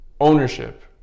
ownership